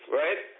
right